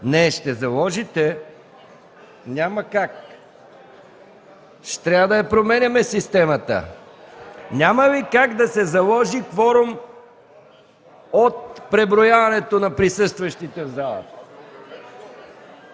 реплики от ГЕРБ.) Няма как, ще трябва да променяме системата. Няма ли как да се заложи кворум от преброяването на присъстващите в залата?